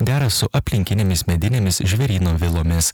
dera su aplinkinėmis medinėmis žvėryno vilomis